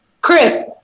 Chris